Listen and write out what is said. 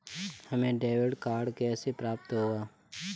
हमें debit card कैसे प्राप्त होगा?